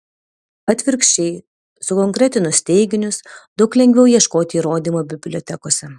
atvirkščiai sukonkretinus teiginius daug lengviau ieškoti įrodymų bibliotekose